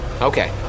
Okay